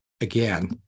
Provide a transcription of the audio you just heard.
again